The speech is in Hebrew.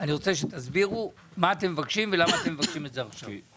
אני רוצה שתסבירו מה אתם מבקשים ולמה אתם מבקשים את זה עכשיו?